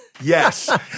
Yes